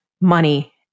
money